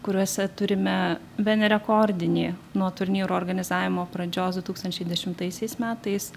kuriuose turime bene rekordinį nuo turnyrų organizavimo pradžios du tūkstančiai dešimtaisiais metais